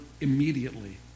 immediately